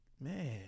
man